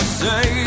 say